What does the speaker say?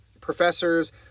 professors